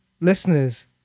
listeners